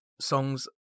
songs